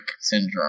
Syndrome